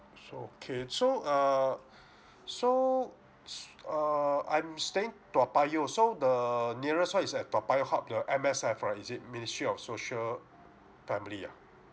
so okay so err so so err I'm staying toa payoh so the nearest hub is at toa payoh hub the M_S_F ah is it ministry of social family ah